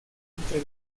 entre